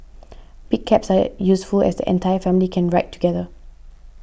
big cabs are useful as the entire family can ride together